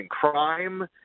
crime